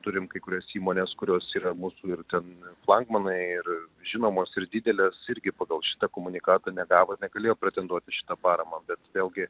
turim kai kurias įmones kurios yra mūsų ir ten flangmanai ir žinomos ir didelės irgi pagal šitą komunikatą negavo negalėjo pretenduot į šitą paramą bet vėlgi